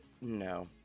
No